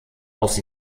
aus